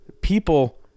People